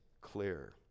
clear